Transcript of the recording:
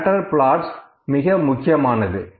scatter plots மிக முக்கியமானது